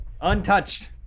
Untouched